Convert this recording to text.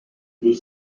que